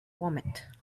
vomit